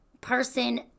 person